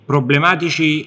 Problematici